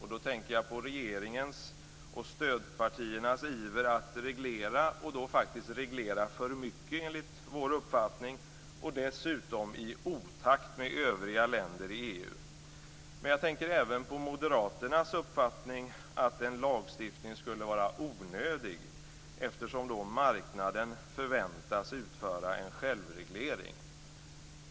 Jag tänker på regeringens och stödpartiernas iver för att reglera - reglera för mycket enligt vår uppfattning - i otakt med övriga länder i EU. Jag tänker även på moderaternas uppfattning att en lagstiftning skulle vara onödig, eftersom marknaden förväntas utföra en självreglering.